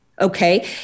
okay